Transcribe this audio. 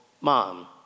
mom